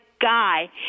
guy